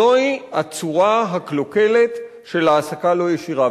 זוהי הצורה הקלוקלת של העסקה לא ישירה,